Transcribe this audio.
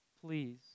please